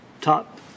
top